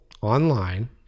online